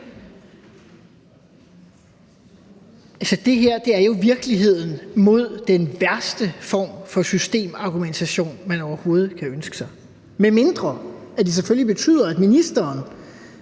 Det her er jo i virkeligheden den værste form for systemargumentation, man overhovedet kan ønske sig, medmindre det selvfølgelig betyder, at ministeren